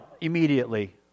immediately